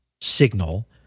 signal